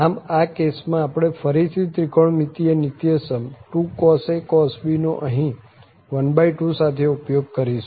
આમ આ કેસ માં આપણે ફરી થી ત્રિકોણમિતિય નીત્યસમ 2cos a cos b નો અહીં 12 સાથે ઉપયોગ કરીશું